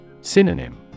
Synonym